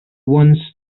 once